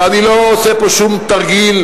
ואני לא עושה פה שום תרגיל,